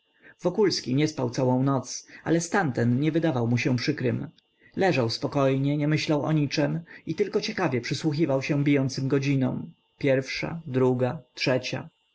spokojowi wokulski nie spał całą noc ale stan ten nie wydawał mu się przykrym leżał spokojnie nie myślał o niczem i tylko ciekawie przysłuchiwał się bijącym godzinom pierwsza druga trzecia